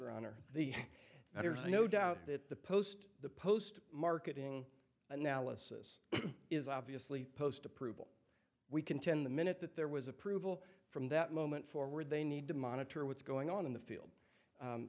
doubt that the post the post marketing analysis is obviously post approval we contend the minute that there was approval from that moment forward they need to monitor what's going on in the field